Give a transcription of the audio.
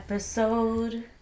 Episode